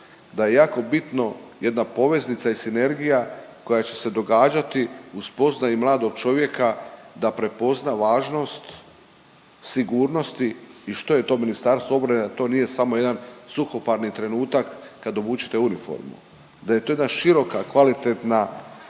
da je jako bitno jedna poveznica i sinergija koja će se događati u spoznaji mladog čovjeka da prepozna važnost sigurnosti i što je to Ministarstvo obrane, da to nije jedan suhoparni trenutak kad obučete uniformu. Da je to jedna široka, kvalitetna i